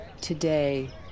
Today